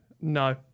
no